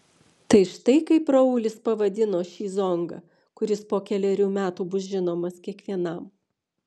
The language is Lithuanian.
tai štai kaip raulis pavadino šį zongą kuris po kelerių metų bus žinomas kiekvienam